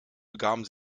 begaben